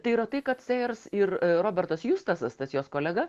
tai yra tai kad sejers ir robertas justasas tas jos kolega